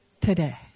Today